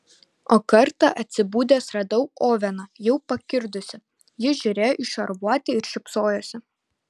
o kartą atsibudęs radau oveną jau pakirdusį jis žiūrėjo į šarvuotį ir šypsojosi